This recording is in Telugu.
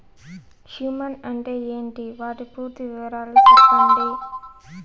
హ్యూమస్ అంటే ఏంటి? వాటి పూర్తి వివరాలు సెప్పండి?